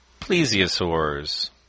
plesiosaurs